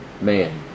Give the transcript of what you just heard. Man